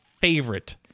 favorite